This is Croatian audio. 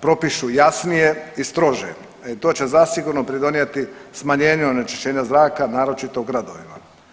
propišu jasnije i strože i to će zasigurno pridonijeti smanjenju onečišćenja zraka naročito u gradovima.